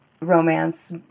romance